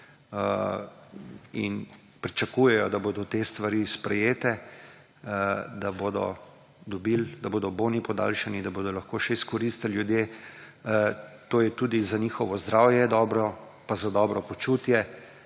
in pričakujejo, da bodo te stvari sprejete, da bodo dobili, da bodo boni podaljšani, da bodo lahko še izkoristili ljudje. To je tudi za njihovo zdravje dobro, pa za dobro počutje.